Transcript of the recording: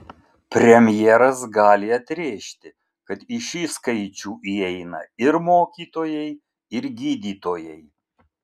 premjeras gali atrėžti kad į šį skaičių įeina ir mokytojai ir gydytojai